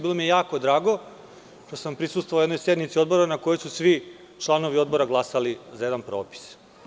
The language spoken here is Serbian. Bilo mi je jako drago što sam prisustvovao jednoj sednici Odbora na kojoj su svi članovi Odbora glasali za jedan propis.